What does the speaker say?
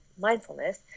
mindfulness